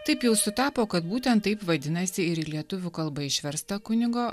taip jau sutapo kad būtent taip vadinasi ir į lietuvių kalbą išversta kunigo